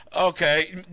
Okay